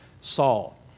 Saul